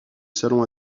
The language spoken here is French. salon